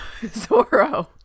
Zorro